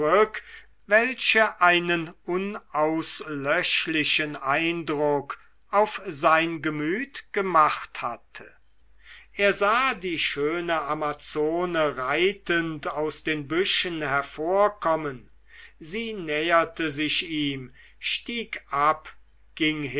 welche einen unauslöschlichen eindruck auf sein gemüt gemacht hatte er sah die schöne amazone reitend aus den büschen hervorkommen sie näherte sich ihm stieg ab ging